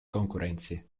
konkurentsi